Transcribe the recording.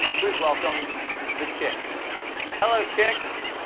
please welcome the chicks hello, chicks.